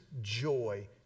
joy